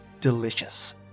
Delicious